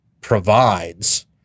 provides